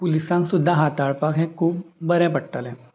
पुलिसांक सुद्दां हाताळपाक हें खूब बरें पडटलें